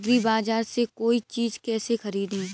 एग्रीबाजार से कोई चीज केसे खरीदें?